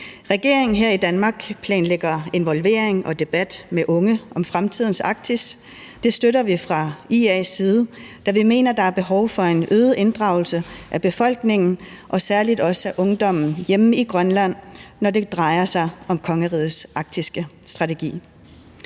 Regeringen her i Danmark planlægger involvering og debat med unge om fremtidens Arktis. Det støtter vi fra IA's side, da vi mener, at der er behov for en øget inddragelse af befolkningen og særlig også ungdommen hjemme i Grønland, når det drejer sig om kongerigets arktiske strategi.